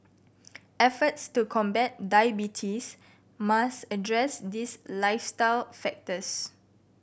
efforts to combat diabetes must address these lifestyle factors